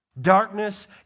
Darkness